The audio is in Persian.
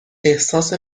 احساس